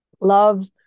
love